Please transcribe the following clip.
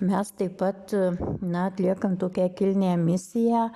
mes taip pat na atliekam tokią kilnią misiją